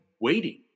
waiting